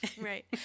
Right